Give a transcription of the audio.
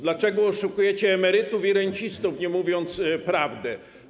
Dlaczego oszukujecie emerytów i rencistów, nie mówicie prawdy?